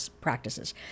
practices